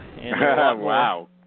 Wow